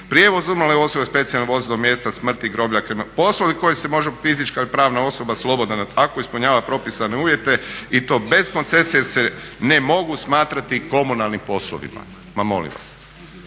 prijevoz umrle osobe specijalnim vozilom mjesta smrti, groblja, poslovi koje može fizička ili pravna osoba slobodno i tako ispunjava propisane uvjete i to bez koncesije, jer se ne mogu smatrati komunalnim poslovima. Ma molim vas!